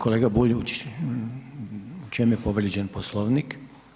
Kolega Bulj u čemu je povrijeđen Poslovnik.